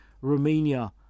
Romania